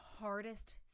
hardest